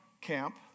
camp